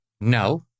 no